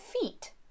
feet